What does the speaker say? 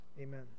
Amen